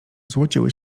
złociły